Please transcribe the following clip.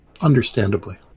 Understandably